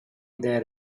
idea